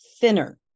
thinner